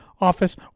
office